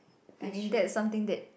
I mean there's something that